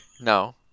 No